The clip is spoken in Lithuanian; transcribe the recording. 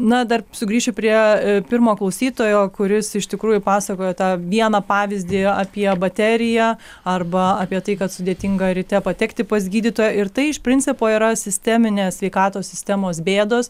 na dar sugrįšiu prie pirmo klausytojo kuris iš tikrųjų pasakojo tą vieną pavyzdį apie bateriją arba apie tai kad sudėtinga ryte patekti pas gydytoją ir tai iš principo yra sisteminės sveikatos sistemos bėdos